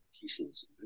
pieces